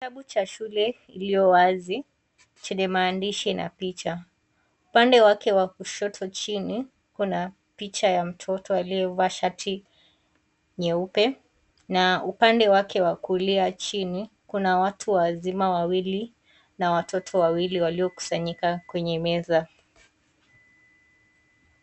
Kitabu cha shule iliyo wazi, chenye maandishi na picha. Upande wake wa kushoto chini, kuna picha ya mtoto aliyevaa shati nyeupe na upande wake wa kulia chini, kuna watu wazima wawili na watoto wawili waliokusanyika kwenye meza.